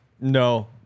No